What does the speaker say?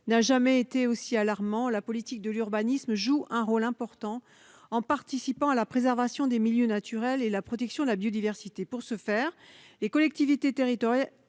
n'a jamais été aussi alarmant. La politique de l'urbanisme joue un rôle important en la matière en participant à la préservation des milieux naturels et à la protection de la biodiversité. Pour ce faire, les collectivités territoriales